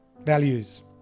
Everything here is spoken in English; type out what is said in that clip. values